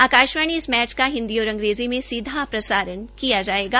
आकाशवाणी इस बीच का हिंदी और अंग्रेजी में सीधा प्रसारण किया जायेगा